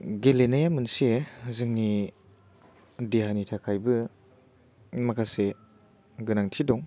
गेलेनाया मोनसे जोंनि देहानि थाखायबो माखासे गोनांथि दं